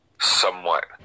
somewhat